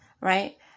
right